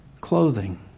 clothing